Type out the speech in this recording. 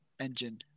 engine